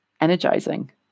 energizing